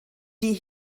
die